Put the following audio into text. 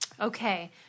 Okay